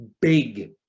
big